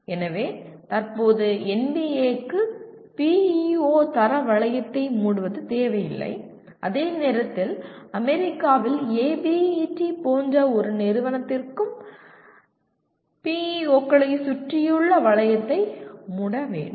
எனவே தற்போது NBA க்கு PEO தர வளையத்தை மூடுவது தேவையில்லை அதே நேரத்தில் அமெரிக்காவில் ABET போன்ற ஒரு நிறுவனத்திற்கும் PEO களைச் சுற்றியுள்ள வளையத்தை மூட வேண்டும்